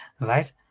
right